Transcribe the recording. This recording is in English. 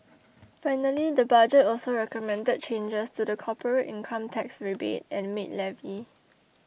finally the budget also recommended changes to the corporate income tax rebate and maid levy